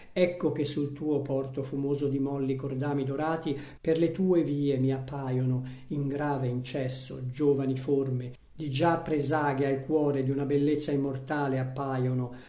ecco che sul tuo porto fumoso di molli cordami dorati per le tue vie mi appaiono in grave incesso giovani forme di già presaghe al cuore di una bellezza immortale appaiono